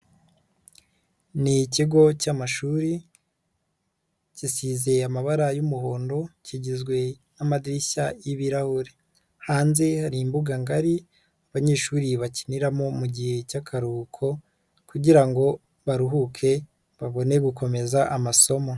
Ni ikigo cyaamashuri, gisize amabara y'umuhondo, kigizwe n'amadirishya y'ibirahuri. Hanze hari imbuga ngari, abanyeshuri bakiniramo mugihe cy'akaruhuko kugira ngo baruhuke babone gukomeza amasomo.